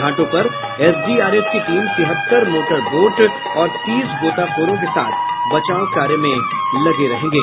घाटों पर एसडीआरएफ की टीम तिहत्तर मोटर वोट और तीस गोताखोरों के साथ बचाव कार्य में लगे रहेंगे